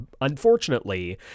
Unfortunately